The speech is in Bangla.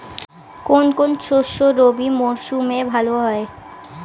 কোন কোন শস্য রবি মরশুমে ভালো হয়?